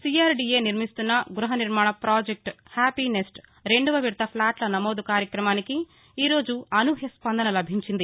CRDA నిర్మిస్తున్న గృహనిర్మాణ project Happinest రెందవ విదత ఫ్లాట్ల నమోదు కార్యక్రమానికి ఈరోజు అనూహ్యాస్పందన లభించింది